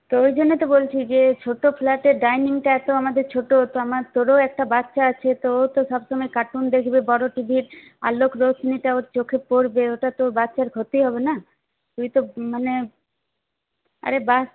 তো ওই জন্য তো বলছি যে ছোট ফ্ল্যাটের ডাইনিংটা এত আমাদের ছোট তো আমার তোরও একটা বাচ্চা আছে তো ও তো সবসময় কার্টুন দেখবে বড় টিভির আলোকরশ্মিটা ওর চোখে পড়বে ওটা তো বাচ্চার ক্ষতি হবে না তুই তো মানে আরে বাচ